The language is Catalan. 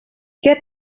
què